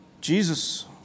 Jesus